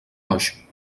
oix